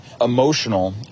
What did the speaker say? emotional